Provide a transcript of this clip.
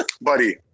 Buddy